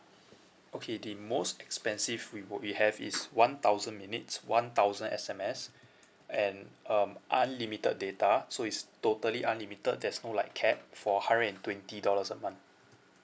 okay the most expensive we w~ we have is one thousand minutes one thousand S_M_S and um unlimited data so it's totally unlimited there's no like cap for a hundred and twenty dollars a month